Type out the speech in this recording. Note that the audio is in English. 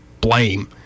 blame